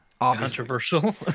controversial